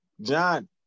John